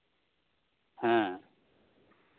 ᱦᱮᱸ